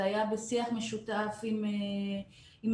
זה היה בשיח משותף עם האוניברסיטאות,